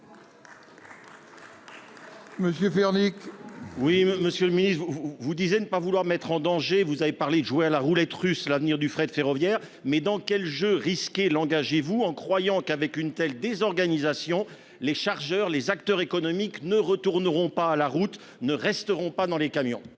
Monsieur Véronique. Oui, Monsieur le Ministre, vous vous disait ne pas vouloir mettre en danger. Vous avez parlé de jouer à la roulette russe. L'avenir du fret ferroviaire. Mais dans quel jeu risqué langage et vous en croyant qu'avec une telle désorganisation les chargeurs, les acteurs économiques ne retourneront pas à la route ne resteront pas dans les camions.